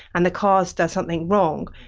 and the car does something wrong,